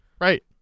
Right